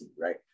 right